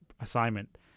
assignment